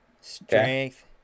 strength